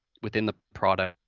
within the product.